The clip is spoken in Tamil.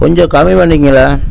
கொஞ்சம் கம்மி பண்ணிக்குங்களேன்